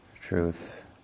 truth